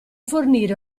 fornire